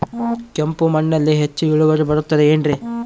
ಕೆಂಪು ಮಣ್ಣಲ್ಲಿ ಹೆಚ್ಚು ಇಳುವರಿ ಬರುತ್ತದೆ ಏನ್ರಿ?